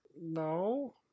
No